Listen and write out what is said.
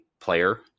player